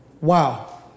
Wow